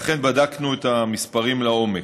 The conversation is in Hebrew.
לכן בדקנו את המספרים לעומק.